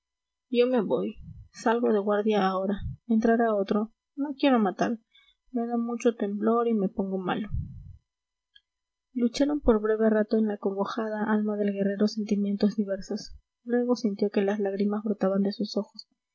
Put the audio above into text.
yo me voy salgo de guardia ahora entrará otro no quiero matar me da mucho temblor y me pongo malo lucharon por breve rato en la acongojada alma del guerrero sentimientos diversos luego sintió que las lágrimas brotaban de sus ojos